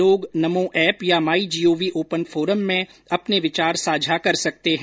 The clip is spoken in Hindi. लोग नमो ऐप या माई जीओवी ओपन फोरम में अपने विचार साझा कर सकते हैं